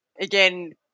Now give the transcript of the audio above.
again